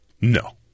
No